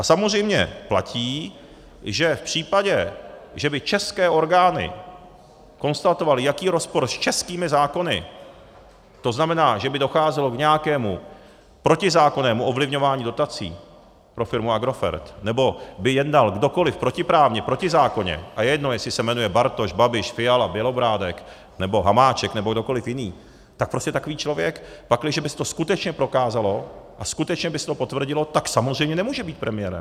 Samozřejmě platí, že v případě, že by české orgány konstatovaly nějaký rozpor s českými zákony, to znamená, že by docházelo k nějakému protizákonnému ovlivňování dotací pro firmu Agrofert nebo by jednal kdokoliv protiprávně, protizákonně, a je jedno, jestli se jmenuje Bartoš, Babiš, Fiala, Bělobrádek nebo Hamáček nebo kdokoliv jiný, tak prostě takový člověk, pakliže by se to skutečně prokázalo a skutečně by se to potvrdilo, tak samozřejmě nemůže být premiérem.